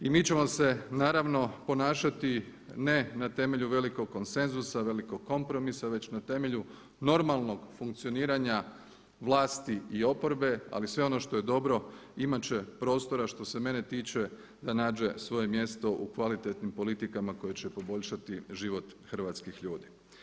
I mi ćemo se naravno ponašati ne na temelju velikog konsenzusa, velikog kompromisa već na temelju normalnog funkcioniranja vlasti i oporbe ali sve ono što je dobro imat će prostora što se mene tiče da nađe svoje mjesto u kvalitetnim politikama koje će poboljšati život hrvatskih ljudi.